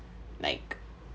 like